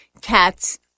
cats